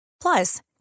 Plus